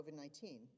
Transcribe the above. COVID-19